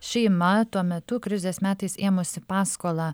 šeima tuo metu krizės metais ėmusi paskolą